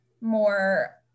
more